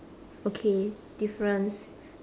okay difference